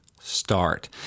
start